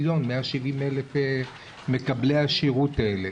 ל-170,000 מקבלי השירות הללו.